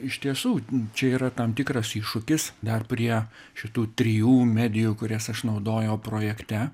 iš tiesų čia yra tam tikras iššūkis dar prie šitų trijų medijų kurias aš naudojau projekte